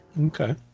Okay